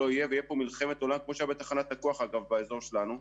תהיה כאן מלחמת עולם כמו שהייתה לגבי תחנת הכוח באזור שלנו.